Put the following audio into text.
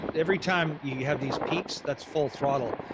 every time you have these peaks, that's full throttle.